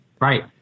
Right